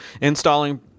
installing